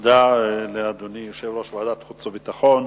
תודה לאדוני יושב-ראש ועדת חוץ וביטחון.